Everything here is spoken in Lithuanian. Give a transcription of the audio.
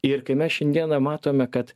ir kai mes šiandieną matome kad